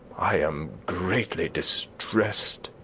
i am greatly distressed,